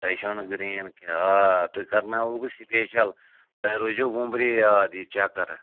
تۄہہِ چھَو نہٕ گرٛین کیٚنٛہہ آ تُہۍ کرناوَو بہٕ سِپیشل تۄہہِ روزیو وُمبرِ یاد یہِ چکر